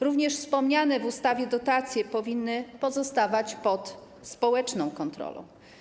Również wspomniane w ustawie dotacje powinny pozostawać pod społeczną kontrolą.